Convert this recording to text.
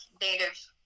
native